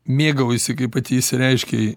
mėgaujasi kaip pati išsireiškei